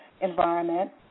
environment